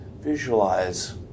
visualize